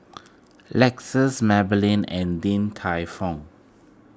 Lexus Maybelline and Din Tai Fung